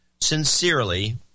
sincerely